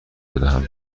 بدهم